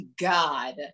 God